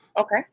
Okay